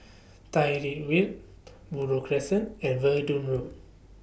Tyrwhitt Road Buroh Crescent and Verdun Road